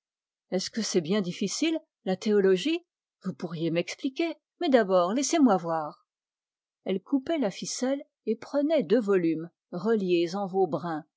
est-ce que c'est bien difficile la théologie vous pourriez m'expliquer mais d'abord laissez-moi voir elle coupait la ficelle et prenait deux volumes reliés en veau brun